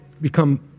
become